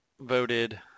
voted